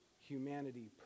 humanity